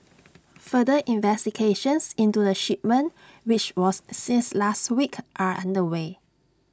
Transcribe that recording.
further investigations into the shipment which was seized last week are underway